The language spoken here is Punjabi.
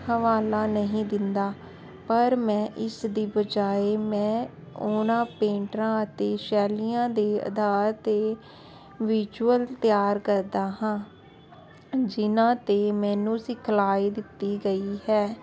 ਹਵਾਲਾ ਨਹੀਂ ਦਿੰਦਾ ਪਰ ਮੈਂ ਇਸ ਦੀ ਬਜਾਏ ਮੈਂ ਉਹਨਾਂ ਪੇਂਟਰਾਂ ਅਤੇ ਸ਼ੈਲੀਆਂ ਦੇ ਆਧਾਰ 'ਤੇ ਵਿਜੁਅਲ ਤਿਆਰ ਕਰਦਾ ਹਾਂ ਜਿਹਨਾਂ 'ਤੇ ਮੈਨੂੰ ਸਿਖਲਾਈ ਦਿੱਤੀ ਗਈ ਹੈ